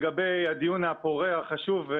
לגבי הדיון הפורה, החשוב,